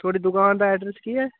थुआड़ी दुकान दा अड्रेस केह् ऐ